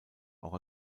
auch